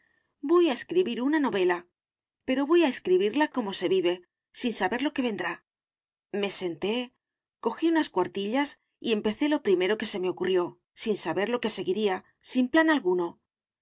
voy a escribir una novela pero voy a escribirla como se vive sin saber lo que vendrá me senté cojí unas cuartillas y empecé lo primero que se me ocurrió sin saber lo que seguiría sin plan alguno